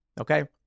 okay